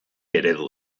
eredu